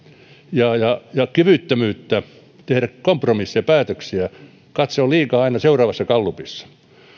ja ja kyvyttömyyttä tehdä kompromisseja päätöksiä katse on liikaa aina seuraavassa gallupissa